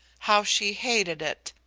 how she hated it!